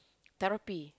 therapy